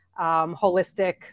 holistic